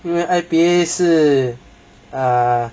因为 I_P_A 是 err